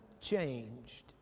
changed